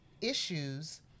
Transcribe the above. issues